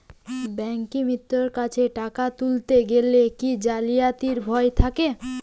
ব্যাঙ্কিমিত্র কাছে টাকা তুলতে গেলে কি জালিয়াতির ভয় থাকে?